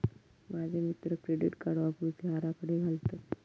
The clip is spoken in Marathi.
माझे मित्र क्रेडिट कार्ड वापरुचे आराखडे घालतत